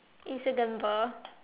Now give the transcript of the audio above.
it's a gamble